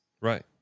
Right